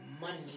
money